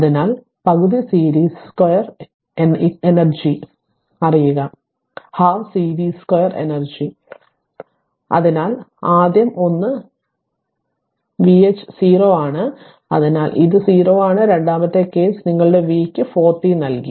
അതിനാൽ പകുതി series 2 energy അറിയുക അതിനാൽ ആദ്യം ഒന്ന് v h 0 ആണ് അതിനാൽ ഇത് 0 ആണ് രണ്ടാമത്തെ കേസ് നിങ്ങളുടെ v ക്ക് 4 t നൽകി